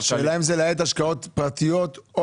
השאלה אם זה להאט השקעות פרטיות או